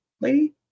lady